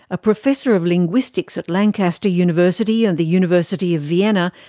a professor of linguistics at lancaster university and the university of vienna,